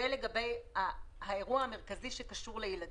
זה לגבי האירוע המרכזי שקשור לילדים.